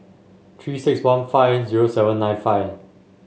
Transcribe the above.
Three six one five zero seven nine five